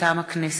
מטעם הכנסת: